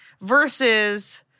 versus